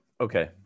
okay